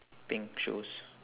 pink shoes